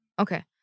Okay